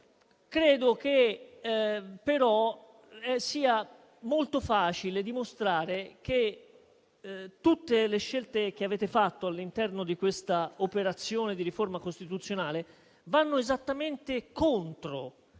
Credo che però sia molto facile dimostrare che tutte le scelte che avete fatto all'interno di questa operazione di riforma costituzionale vanno esattamente contro